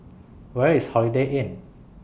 Where IS Holiday Inn